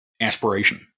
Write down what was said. aspiration